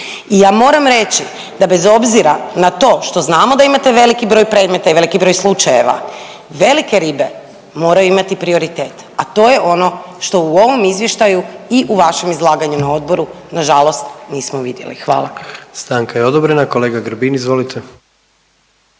I ja moram reći da bez obzira na to što znamo da imamo veliki broj predmeta i veliki broj slučajeva, velike ribe moraju imati prioritet, a to je ono što u ovom Izvještaju i u vašem izlaganju na Odboru nažalost nismo vidjeli. Hvala. **Jandroković, Gordan (HDZ)** Stanka je odobrena. Kolega Grbin, izvolite.